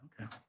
okay